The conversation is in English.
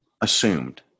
assumed